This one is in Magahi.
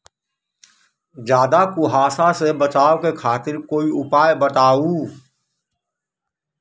ज्यादा कुहासा से बचाव खातिर कोई उपाय बताऊ?